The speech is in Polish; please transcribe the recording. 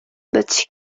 być